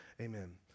amen